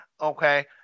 okay